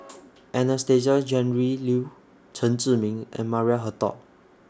Anastasia Tjendri Liew Chen Zhiming and Maria Hertogh